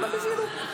וכולם הבינו.